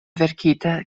verkita